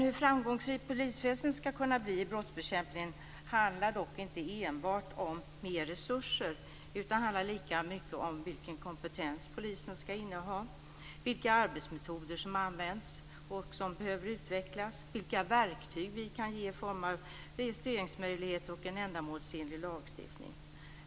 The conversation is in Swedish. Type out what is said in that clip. Hur framgångsrikt polisväsendet skall kunna bli i brottsbekämpningen handlar dock inte enbart om mer resurser. Det handlar lika mycket om vilken kompetens polisen skall inneha, vilka arbetsmetoder som används och som behöver utvecklas, vilka verktyg vi kan ge i form av registreringsmöjligheter och en ändamålsenlig lagstiftning.